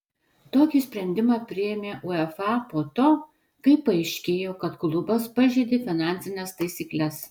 tokį sprendimą priėmė uefa po to kai paaiškėjo kad klubas pažeidė finansines taisykles